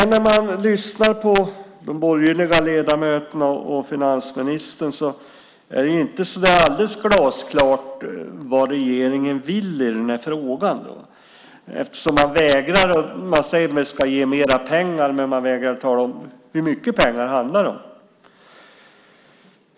När man lyssnar på de borgerliga ledamöterna och finansministern framstår det inte som alldeles glasklart vad regeringen vill i den här frågan. Man säger att man ska ge mer pengar, men man vägrar tala om hur mycket pengar det handlar om.